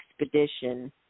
expedition